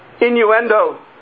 innuendo